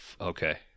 okay